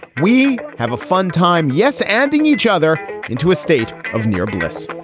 we have a fun time. yes, anding each other into a state of near bliss.